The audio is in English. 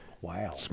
Wow